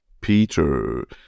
Peter